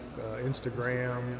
Instagram